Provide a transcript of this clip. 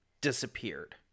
disappeared